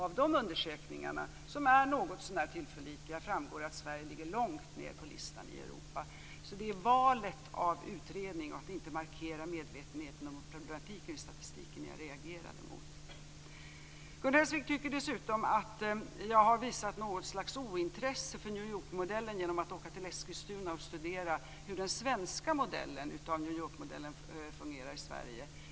Av de undersökningarna, som är något så när tillförlitliga, framgår att Sverige ligger långt ned på listan i Europa. Jag reagerade alltså på valet av utredning och på att inte medvetenheten om problematiken i statistiken markerades. Gun Hellsvik tycker dessutom att jag har visat något slags ointresse för New York-modellen genom att åka till Eskilstuna och studera hur den svenska varianten av den modellen fungerar.